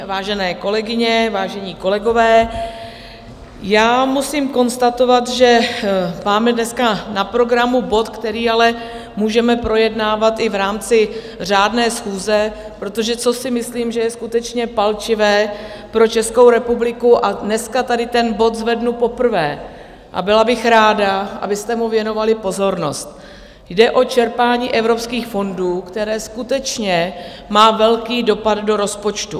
Vážené kolegyně, vážení kolegové, musím konstatovat, že máme dneska na programu bod, který ale můžeme projednávat i v rámci řádné schůze, protože co si myslím, že je skutečně palčivé pro Českou republiku, a dneska tady ten bod zvednu poprvé a byla bych ráda, abyste mu věnovali pozornost, jde o čerpání evropských fondů, které skutečně má velký dopad do rozpočtu.